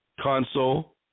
console